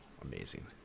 amazing